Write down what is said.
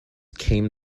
came